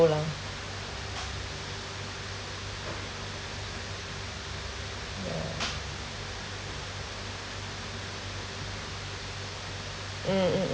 lah yeah mm mm